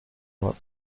wants